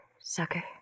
sucker